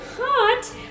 Hot